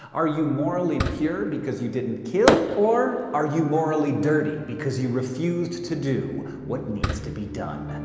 are you morally pure because you didn't kill? or are you morally dirty because you refused to do what needs to be done?